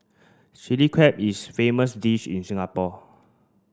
Chilli Crab is famous dish in Singapore